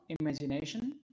imagination